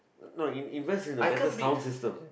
no in~ invest is the better sound system